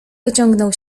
wyciągnął